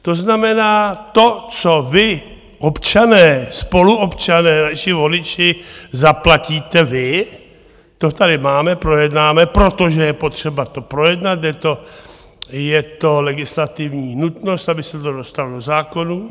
To znamená, to, co vy, občané, spoluobčané, naši voliči, zaplatíte vy, to tady máme, projednáme, protože je potřeba to projednat, je to legislativní nutnost, aby se to dostalo do zákonů.